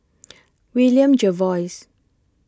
William Jervois